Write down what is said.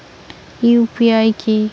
UPI কি?